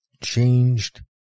changed